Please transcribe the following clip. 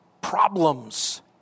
problems